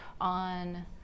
on